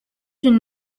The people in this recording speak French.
une